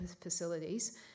facilities